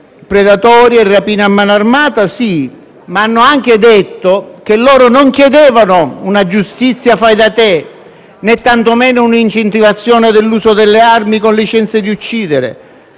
predatorie e rapine a mano armata, ma hanno anche detto che non chiedevano una giustizia fai da te, tantomeno un'incentivazione dell'uso delle armi con licenza di uccidere,